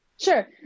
Sure